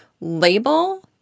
label